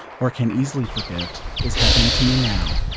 or can easily forget, is happening to me now,